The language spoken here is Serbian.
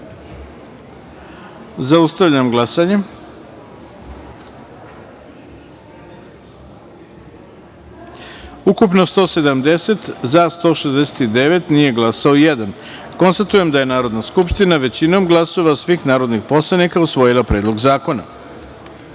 taster. Zaustavljam glasanje: ukupno 170, za – 169, nije glasao jedan. Konstatujem da je Narodna skupština većinom glasova svih narodnih poslanika usvojila Predlog zakona. Deveta